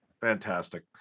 Fantastic